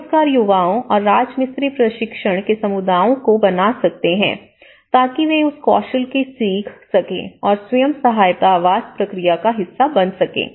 बेरोजगार युवाओं और राजमिस्त्री प्रशिक्षण के समुदायों को बना सकते हैं ताकि वे उस कौशल को सीख सकें और स्वयं सहायता आवास प्रक्रिया का हिस्सा बन सकें